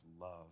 love